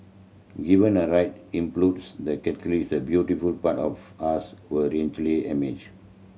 given the right the catalyst the beautiful part of us will emerge